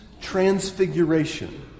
transfiguration